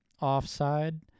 offside